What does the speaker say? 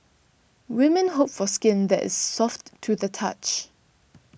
women hope for skin that is soft to the touch